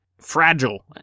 fragile